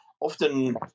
Often